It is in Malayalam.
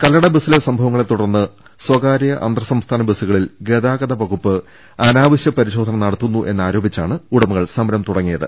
കല്ലട ബസിലെ സംഭവങ്ങളെ തുടർന്ന് സ്വകാരൃ അന്തർ സംസ്ഥാന ബസുകളിൽ ഗതാഗത വകുപ്പ് അനാവശൃ പരിശോധന നടത്തുന്നു എന്നാരോപിച്ചാണ് ഉടമകൾ സമരം തുടങ്ങിയത്